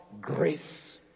grace